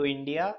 India